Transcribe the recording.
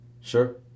Sure